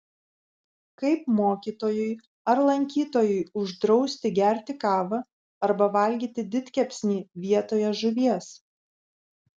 kaip mokytojui ar lankytojui uždrausi gerti kavą arba valgyti didkepsnį vietoje žuvies